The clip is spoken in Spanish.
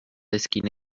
esquina